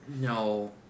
No